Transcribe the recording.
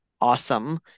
awesome